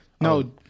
No